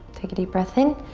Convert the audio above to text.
take a deep breath in.